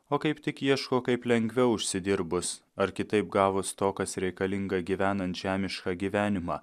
o kaip tik ieško kaip lengviau užsidirbus ar kitaip gavus to kas reikalinga gyvenant žemišką gyvenimą